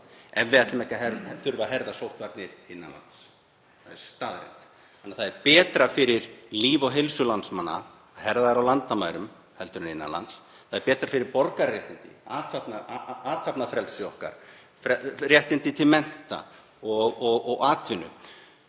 ef við ætlum ekki að þurfa að herða sóttvarnir innan lands. Það er staðreynd. Það er betra fyrir líf og heilsu landsmanna að herða þær á landamærum en innan lands. Það er betra fyrir borgararéttindi, athafnafrelsi okkar og réttindi til mennta og atvinnu